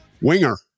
Winger